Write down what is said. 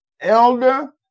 Elder